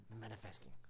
manifesting